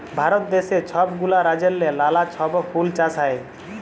ভারত দ্যাশে ছব গুলা রাজ্যেল্লে লালা ছব ফুল চাষ হ্যয়